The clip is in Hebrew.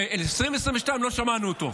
ב-2022 לא שמענו אותו,